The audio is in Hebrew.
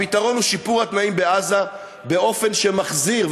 הפתרון הוא שיפור התנאים בעזה באופן שמחזיר,